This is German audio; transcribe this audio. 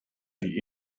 die